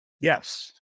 Yes